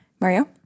Mario